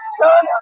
son